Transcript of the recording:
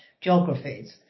geographies